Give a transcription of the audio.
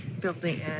building